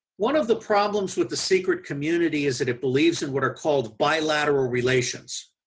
one of the problems with the secret community is that it believes in what are called bi-lateral relations.